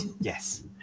yes